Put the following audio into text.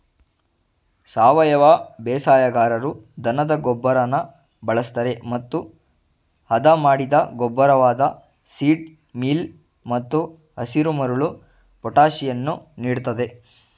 ಸಾವಯವ ಬೇಸಾಯಗಾರರು ದನದ ಗೊಬ್ಬರನ ಬಳಸ್ತರೆ ಮತ್ತು ಹದಮಾಡಿದ ಗೊಬ್ಬರವಾದ ಸೀಡ್ ಮೀಲ್ ಮತ್ತು ಹಸಿರುಮರಳು ಪೊಟ್ಯಾಷನ್ನು ನೀಡ್ತದೆ